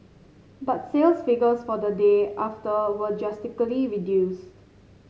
but sales figures for the day after were drastically reduced